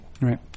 Right